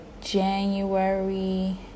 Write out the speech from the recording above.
january